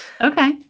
Okay